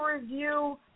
review